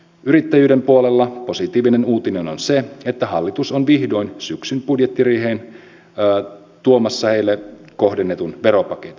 yrittäjyyden puolella positiivinen uutinen on se että hallitus on vihdoin syksyn budjettiriiheen tuomassa heille kohdennetun veropaketin